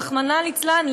רחמנא ליצלן,